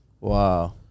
Wow